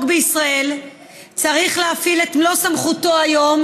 בישראל צריך להפעיל את מלוא סמכותו היום,